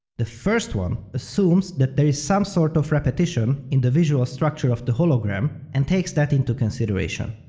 the first one assumes that there is some sort of repetition in the visual structure of the hologram and takes that into consideration.